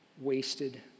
wasted